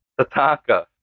Tatanka